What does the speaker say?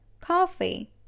coffee